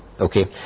okay